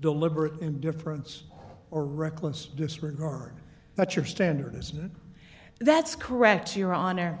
deliberate indifference or reckless disregard that your standard is not that's correct your honor